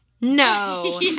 No